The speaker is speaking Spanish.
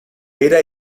era